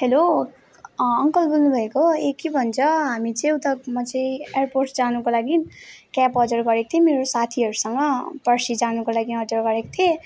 hello uncle बोल्नुभएको हो ए के भन्छ हामी चाहिँ उता म चाहिँ एरपोर्ट जानको लागि क्याब अर्डर गरेको थियौँ मेरो साथीहरूसँग पर्सि जानुको लागि अर्डर गरेको थिएँ